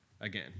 again